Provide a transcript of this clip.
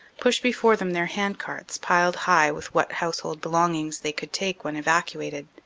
push before them their hand-carts piled high with what house hold belongings they could take when evacuated.